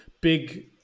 big